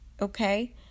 Okay